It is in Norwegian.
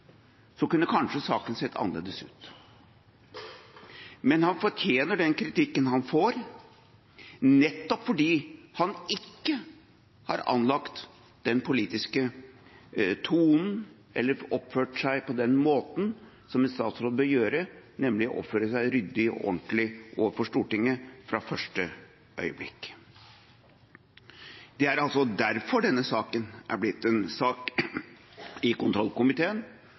kunne kanskje saken ha sett annerledes ut. Men han fortjener den kritikken han får, nettopp fordi han ikke har anlagt den politiske tonen, eller har oppført seg på den måten som en statsråd bør gjøre, nemlig å oppføre seg ryddig og ordentlig overfor Stortinget fra første øyeblikk. Det er altså derfor denne saken er blitt en sak i kontrollkomiteen,